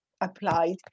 applied